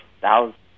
thousands